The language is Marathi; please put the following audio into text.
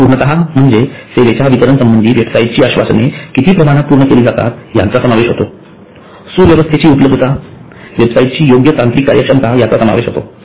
पूर्तता सेवेच्या वितरण संबंधी वेबसाइटची आश्वासने किती प्रमाणात पूर्ण केली जातात याचा समावेश होतो सुव्यवस्थेची उपलब्धतावेब साइटची योग्य तांत्रिक कार्यक्षमता याचा समावेश होतो